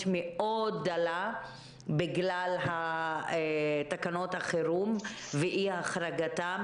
מאוד דלה בגלל תקנות החירום ואי החרגתם.